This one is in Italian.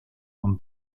con